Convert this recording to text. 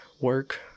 work